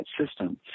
system